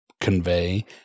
convey